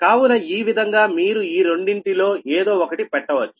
కావున ఈ విధంగా మీరు ఈ రెండింటిలో ఏదో ఒకటి పెట్టవచ్చు